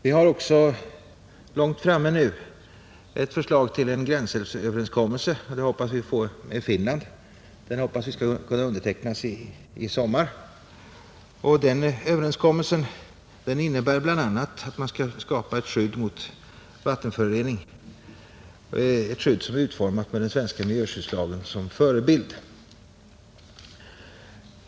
Vi har också kommit långt i arbetet med ett förslag till gränsöverenskommelse med Finland, Vi hoppas att den skall kunna undertecknas i sommar, Förslaget, som bl.a. innebär tillskapandet av ett skydd mot vattenförorening, är utformat med den svenska miljöskyddslagen som förebild.